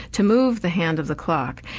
to move the hand of the clock,